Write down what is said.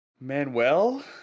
Manuel